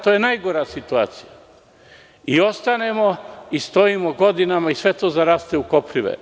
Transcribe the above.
To je najgora situacija, da ostanemo i stojimo godinama i sve to zaraste u koprive.